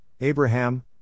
Abraham